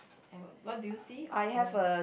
and what what do you see on